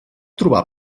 trobar